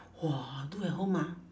!wah! do at home ah